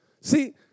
See